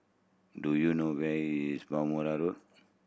do you know where is Bhamo Road